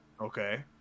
Okay